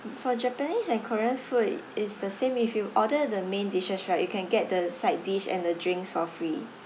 for japanese and korean food it's the same if you order the main dishes right you can get the side dish and the drinks for free